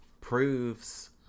proves